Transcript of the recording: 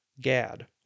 Gad